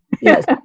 Yes